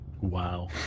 Wow